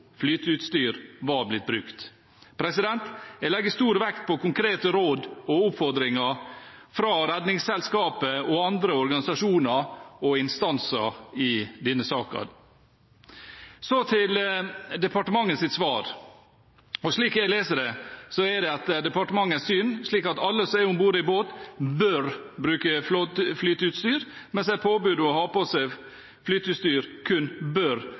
flyteutstyr var blitt brukt. Jeg legger stor vekt på konkrete råd og oppfordringer fra Redningsselskapet og andre organisasjoner og instanser i denne saken. Så til departementets svar. Slik jeg leser det, er det etter departementets syn slik at alle som er om bord i båt, bør bruke flyteutstyr, mens et påbud om å ha på seg flyteutstyr kun bør